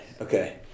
Okay